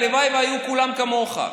הלוואי שהיו כולם כמוך.